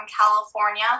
California